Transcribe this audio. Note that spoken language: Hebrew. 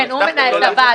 כן, הוא מנהל את הוועדה.